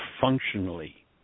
functionally